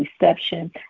reception